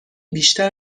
بیشتر